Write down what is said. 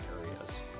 areas